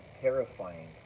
terrifying